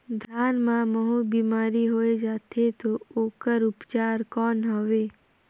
धान मां महू बीमारी होय जाथे तो ओकर उपचार कौन हवे?